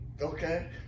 Okay